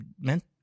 meant